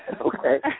Okay